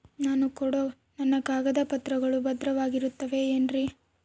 ನಾನು ಕೊಡೋ ನನ್ನ ಕಾಗದ ಪತ್ರಗಳು ಭದ್ರವಾಗಿರುತ್ತವೆ ಏನ್ರಿ?